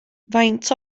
faint